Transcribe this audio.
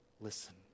listen